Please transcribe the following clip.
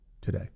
today